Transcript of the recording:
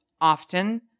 often